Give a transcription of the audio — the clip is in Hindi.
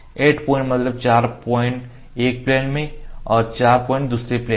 8 पॉइंट्स मतलब 4 पॉइंट्स एक प्लेन में और 4 पॉइंट दूसरे प्लेन में